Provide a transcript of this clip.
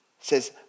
says